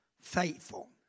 faithful